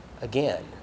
again